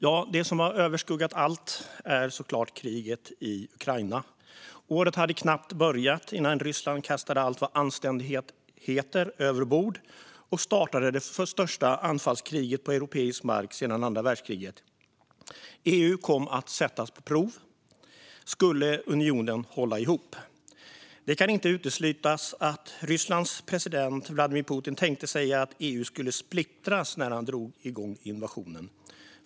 Ja, det som överskuggat allt annat är såklart kriget i Ukraina. Året hade knappt börjat innan Ryssland kastade allt vad anständighet heter över bord och startade det största anfallskriget på europeisk mark sedan andra världskriget. EU kom att sättas på prov. Skulle unionen hålla ihop? Det kan inte uteslutas att Rysslands president Vladimir Putin tänkte sig att EU skulle splittras när han drog igång invasionen.